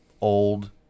old